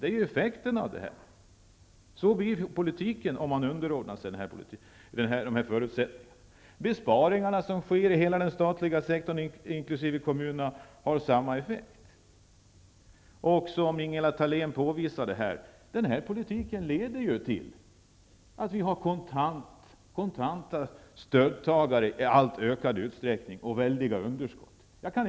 Det blir effekten av detta. Politiken blir sådan om vi underordnar oss dessa förutsättningar. De besparingar som sker i hela den statliga sektorn och i kommunerna har samma effekt. Den här politiken leder till att vi får människor som får kontant understöd i ökad utsträckning, som Ingela Thalén påvisade här.